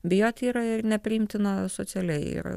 bijoti yra ir nepriimtina socialiai ir